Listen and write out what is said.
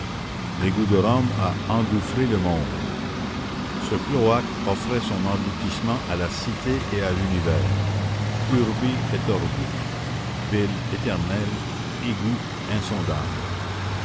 l'afrique l'égout de rome a engouffré le monde ce cloaque offrait son engloutissement à la cité et à l'univers urbi et orbi ville éternelle égout insondable